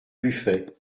buffet